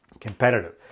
competitive